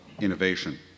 innovation